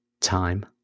time